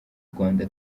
rwanda